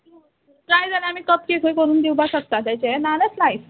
try जाल्यार आमी cup केकूय करून दिवपा शकता तेचे नाल्या स्लायस